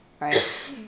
right